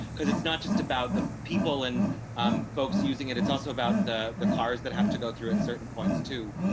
because it's not just about the people and um folks using it. it's also about the the cars that have to go through at certain points to